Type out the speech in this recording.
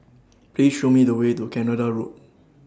Please Show Me The Way to Canada Road